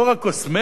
לא רק קוסמטיקה,